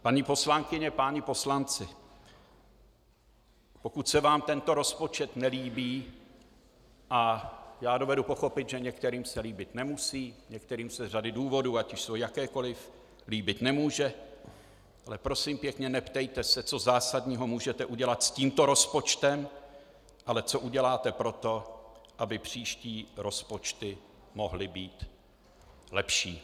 Paní poslankyně, páni poslanci, pokud se vám tento rozpočet nelíbí, a dovedu pochopit, že některým se líbit nemusí, některým se z řady důvodů, ať už jsou jakékoliv, líbit nemůže, ale prosím pěkně, neptejte se, co zásadního můžete udělat s tímto rozpočtem, ale co uděláte pro to, aby příští rozpočty mohly být lepší.